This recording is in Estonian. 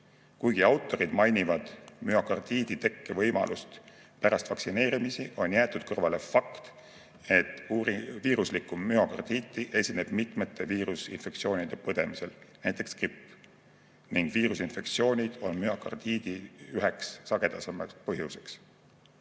Kuigi autorid mainivad müokardiidi tekke võimalust pärast vaktsineerimisi, on jäetud kõrvale fakt, et viiruslikku müokardiiti esineb mitmete viirusinfektsioonide põdemisel, näiteks gripp. Viirusinfektsioonid on müokardiidi puhul üheks sagedasemaks põhjuseks.